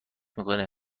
میکنه